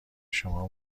شما